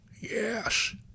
yes